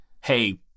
hey